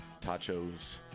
tachos